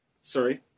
Sorry